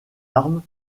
arme